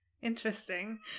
Interesting